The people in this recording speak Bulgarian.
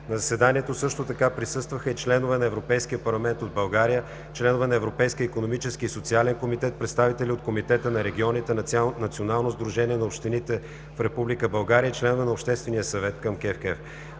На заседанието също така присъстваха и членове на Европейския парламент от България, членове на Европейския икономически и социален комитет, представители от Комитета на регионите, Национално сдружение на общините в Република България и членове на Обществения съвет към КЕВКЕФ.